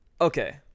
Okay